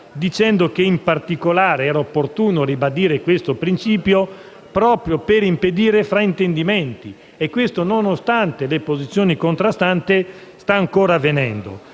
dicendo in particolare che era opportuno ribadire questo principio, proprio per impedire fraintendimenti, e questo, nonostante le posizioni contrastanti, sta ancora avvenendo.